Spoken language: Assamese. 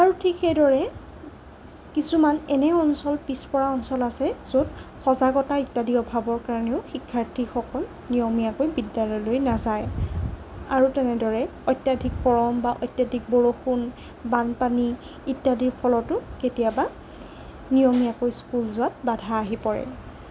আৰু ঠিক সেইদৰে কিছুমান এনে অঞ্চল পিছপৰা অঞ্চল আছে য'ত সজাগতা ইত্যাদি অভাৱৰ কাৰণেও শিক্ষাৰ্থীসকল নিয়মীয়াকৈ বিদ্যালয়লৈ নাযায় আৰু তেনেদৰে অত্যাধিক গৰম বা অত্যাধিক বৰষুণ বানপানী ইত্যাদিৰ ফলতো কেতিয়াবা নিয়মীয়াকৈ স্কুল যোৱাত বাধা আহি পৰে